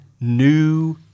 new